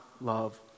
love